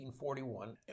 1941